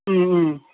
ꯎꯝ ꯎꯝ